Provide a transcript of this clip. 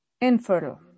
infertile